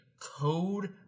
code